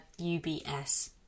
UBS